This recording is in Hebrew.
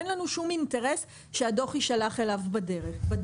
אין לנו אינטרס שהדוח יישלח בדואר.